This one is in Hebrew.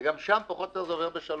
וגם שם פחות או יותר זה עובר בשלום.